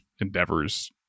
endeavors